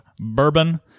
bourbon